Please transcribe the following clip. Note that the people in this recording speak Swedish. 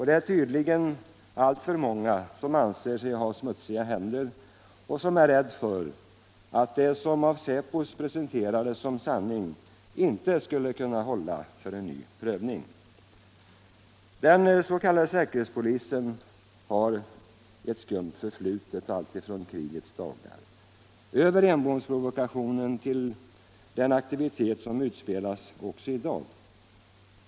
Det är tydligen alltför många som anser sig ha smutsiga händer och som är rädda för att det som av säpo presenterades som sanning inte skulle kunna hålla för en ny prövning. Den s.k. säkerhetspolisen har ett skumt förflutet alltifrån krigets dagar, över Enbomsprovokationen till den aktivitet som utspelas också i dag.